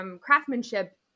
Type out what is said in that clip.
Craftsmanship